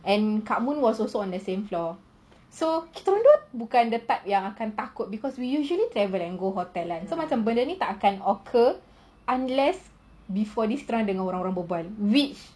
and kak mun was also on the same floor so kita dua bukan the type yang akan takut because we usually travel go hotel kan so macam benda ni tak akan occur unless before this kita ada dengar orang-orang berbual which